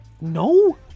no